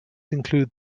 include